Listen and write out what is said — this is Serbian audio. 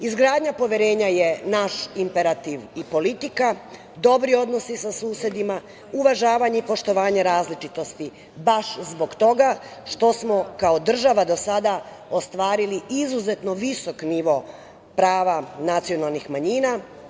Izgradnja poverenja je naš imperativ i politika, dobri odnosi sa susedima, uvažavanje i poštovanje različitosti, baš zbog toga što smo kao država do sada ostvarili izuzetno visok nivo prava nacionalnih manjina.